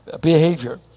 behavior